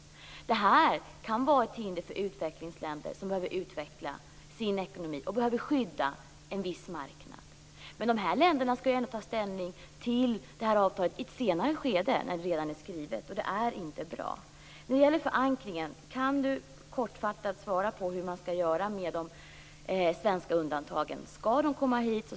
Det här kan vara ett hinder för utvecklingsländer som behöver utveckla sin ekonomi och skydda en viss marknad. Men de här länderna skall ju ändå ta ställning till det här avtalet i ett senare skede, när det redan är skrivet. Det är inte bra. I fråga om förankringen, kan statsrådet kortfattat svara på hur man skall göra med de svenska undantagen?